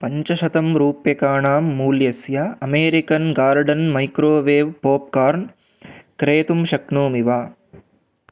पञ्चशतं रूप्यकाणां मूल्यस्य अमेरिकन् गार्डन् मैक्रोवेव् पोप्कार्न् क्रेतुं शक्नोमि वा